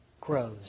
grows